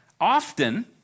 often